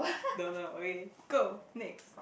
don't know okay go next